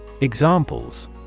Examples